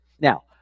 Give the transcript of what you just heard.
Now